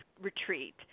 Retreat